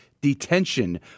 detention